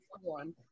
one